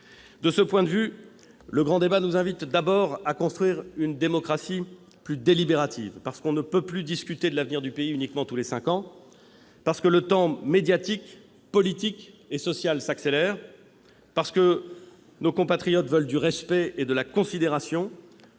De ce point de vue, le grand débat nous invite d'abord à construire une démocratie plus délibérative, parce qu'on ne peut plus discuter de l'avenir du pays uniquement tous les cinq ans, parce que le temps médiatique, politique et social s'accélère, parce que nos compatriotes veulent du respect et de la considération.